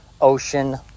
ocean